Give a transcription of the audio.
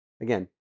again